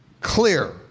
clear